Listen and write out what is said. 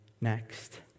next